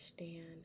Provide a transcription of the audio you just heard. understand